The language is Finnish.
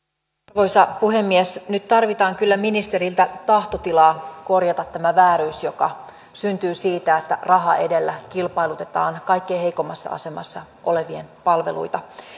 arvoisa puhemies nyt tarvitaan kyllä ministeriltä tahtotilaa korjata tämä vääryys joka syntyy siitä että raha edellä kilpailutetaan kaikkein heikoimmassa asemassa olevien palveluita